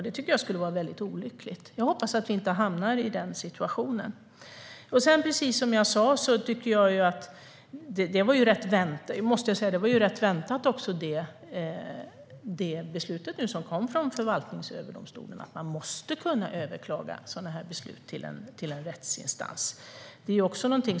Det tycker jag skulle vara väldigt olyckligt, och jag hoppas att vi inte hamnar i den situationen. Jag måste återigen säga att det beslut som nu kom från Högsta förvaltningsdomstolen var väntat. Man måste kunna överklaga sådana här beslut till en rättsinstans.